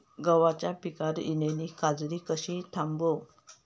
गव्हाच्या पिकार इलीली काजळी कशी थांबव?